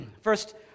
First